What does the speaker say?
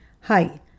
Hi